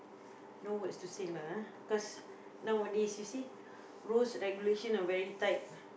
no words to say lah ah cause nowadays you see rules regulation are very tight